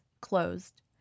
closed